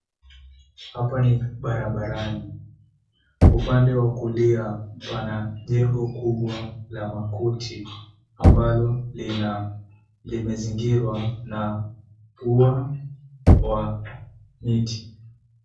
Hapa ni barabarani. Upande wa kulia, pana jengo kubwa la makuti, ambalo limezingirwa na ua wa miti.